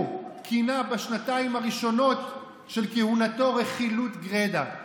כינה בשנתיים הראשונות של כהונתו רכילות גרידא,